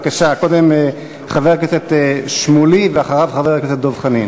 קודם חבר הכנסת שמולי, ואחריו, חבר הכנסת דב חנין.